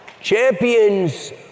Champions